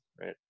right